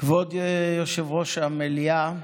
כבוד יושב-ראש המליאה,